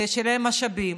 כדי שיהיו להם משאבים,